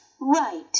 right